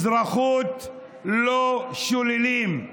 אזרחות לא שוללים.